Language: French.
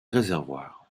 réservoir